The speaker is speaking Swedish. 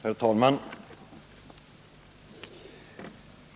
Herr talman!